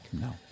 No